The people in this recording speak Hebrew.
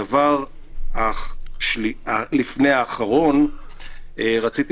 הדבר לפני האחרון, רציתי